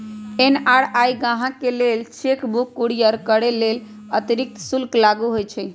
NRI गाहकके लेल cheque book courier करय लेल अतिरिक्त शुल्क लागू होइ छइ